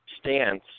stance